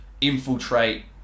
infiltrate